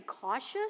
cautious